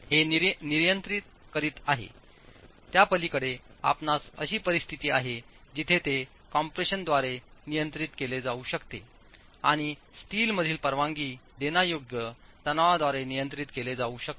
हे नियंत्रित करीत आहेत्या पलीकडे आपणास अशी परिस्थिती आहे जिथे ते कॉम्प्रेशनद्वारे नियंत्रित केले जाऊ शकते किंवा स्टीलमधील परवानगी देण्यायोग्य तणावाद्वारे नियंत्रित केले जाऊ शकते